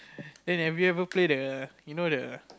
then have you ever play the you know the